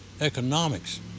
economics